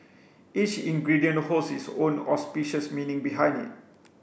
each ingredient holds its own auspicious meaning behind it